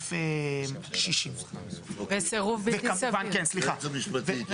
בסעיף 60. אוקיי, היועץ המשפטי.